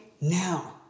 now